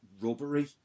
rubbery